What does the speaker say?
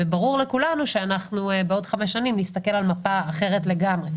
וברור לכולנו שבעוד חמש שנים נסתכל על מפה אחרת לגמרי.